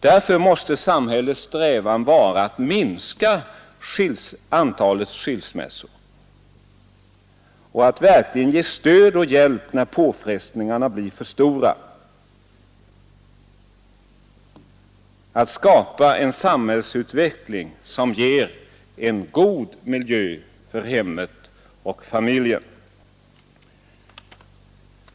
Därför måste samhällets strävan vara att minska antalet skilsmässor och att verkligen ge stöd och hjälp när påfrestningarna blir för stora. Vi måste försöka skapa en samhällsutveckling som ger en positiv miljö för hemmet och familjen.